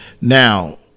now